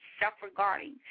self-regarding